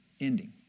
ending